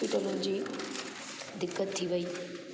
हॉस्पीटलनि जी दिक़त थी वयी